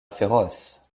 féroce